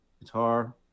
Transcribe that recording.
guitar